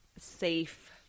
safe